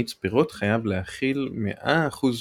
"מיץ פירות" חייב להכיל 100% פרי,